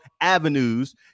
Avenues